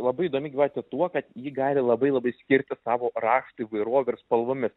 labai įdomi gyvatė tuo kad ji gali labai labai skirtis savo raštų įvairove ir spalvomis